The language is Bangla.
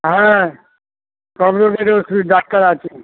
হ্যাঁ সব রোগের ডাক্তার আছে